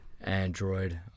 Android